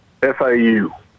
FAU